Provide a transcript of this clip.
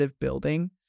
building